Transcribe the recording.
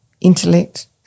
intellect